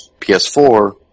PS4